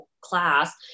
class